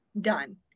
done